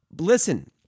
Listen